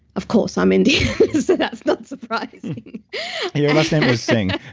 of course i'm indian, so that's not surprising your last name is singh